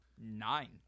Nine